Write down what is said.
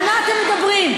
על מה אתם מדברים?